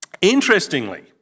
Interestingly